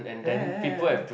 ya